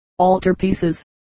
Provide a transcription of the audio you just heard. Altarpieces